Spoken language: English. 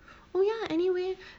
oh ya anyway